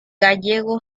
gallego